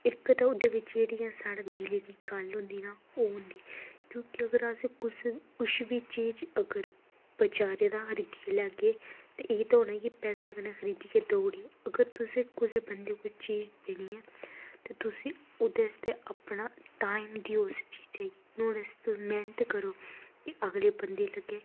इक ते ओह्दे बिच्च्च जेह्ड़ी ऐ साढ़ी दिलै दी गल्ल होंदी ना ओह् होंदी क्योंके अगर अस कुछ बी चीज अगर बचैरे दा अगर रक्खी लैगे एह् ते उ'नेंगी पैसे कन्नै खरीदियै ते देई ओड़ेआ अगर तुसें कुसै बंदे गी चीज देनी ऐ ते तुसी ओह्दे आस्तै अपना टाइम देओ उस चीजै गी ओह्दे आस्तै मेहनत करो ते अगले बंदे गी लग्गै